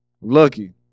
lucky